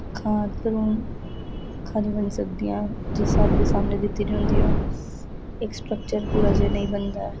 आक्खां नेई बनी सकदियां जिस स्हाब दी सामने दित्ती दी होंदियां इक स्ट्रक्चर पूरा जेहा नेईं बनदा ऐ